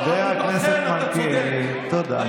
חבר הכנסת מלכיאלי, תודה.